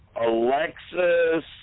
Alexis